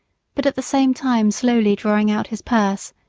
but at the same time slowly drawing out his purse,